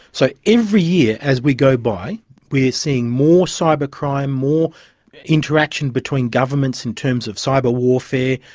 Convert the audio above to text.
so every year as we go by we are seeing more cyber crime, more interaction between governments in terms of cyber warfare,